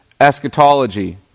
eschatology